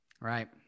Right